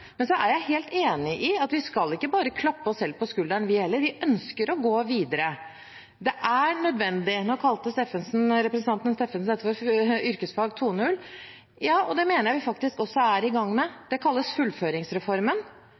Men så er jeg helt enig i at vi ikke bare skal klappe oss selv på skulderen, vi heller. Vi ønsker å gå videre. Det er nødvendig. Nå kalte representanten Steffensen dette for yrkesfag 2.0. Det mener jeg vi faktisk også er i gang med. Det kalles fullføringsreformen,